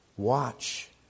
Watch